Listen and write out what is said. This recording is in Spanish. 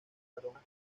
aromas